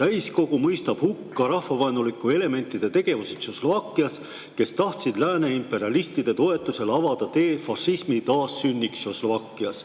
Täiskogu mõistis hukka rahvavaenulike elementide tegevuse Tšehhoslovakkias, kes tahtsid lääne imperialistide toetusel avada tee fašismi taassünniks Tšehhoslovakkias.